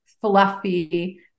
fluffy